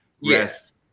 Yes